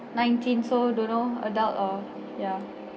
nineteen so don't know adult or ya